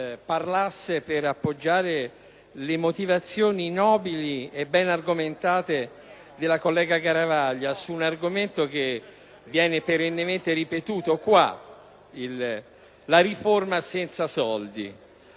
parlasse per appoggiare le motivazioni nobili e ben argomentate della senatrice Garavaglia, su un tema che viene perennemente ripetuto qua: la riforma senza soldi.